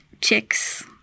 chicks